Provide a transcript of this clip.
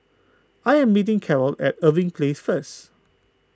I am meeting Carroll at Irving Place first